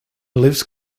lives